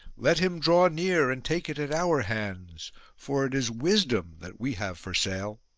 let him draw near and take it at our hands for it is wisdom that we have for sale.